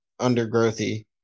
undergrowthy